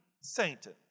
Satan